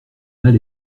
mal